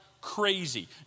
crazy